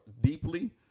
deeply